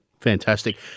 Fantastic